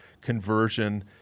conversion